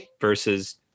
versus